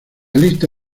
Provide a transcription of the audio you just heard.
lista